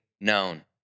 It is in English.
known